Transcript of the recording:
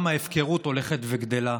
גם ההפקרות הולכת וגדלה.